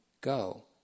go